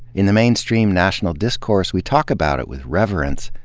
in the mainstream national discourse we talk about it with reverence,